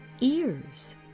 ears